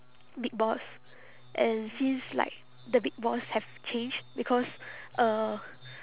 big boss and since like the big boss have changed because uh